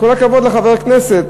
כל הכבוד לחבר הכנסת